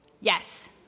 Yes